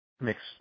Mixed